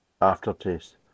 aftertaste